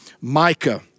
Micah